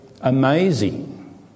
amazing